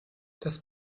das